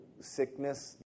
sickness